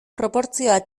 proportzioa